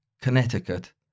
Connecticut